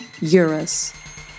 Eurus